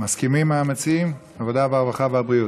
מסכימים המציעים, עבודה, רווחה ובריאות?